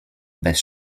bez